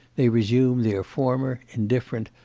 they resume their former indifferent,